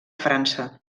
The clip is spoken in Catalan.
frança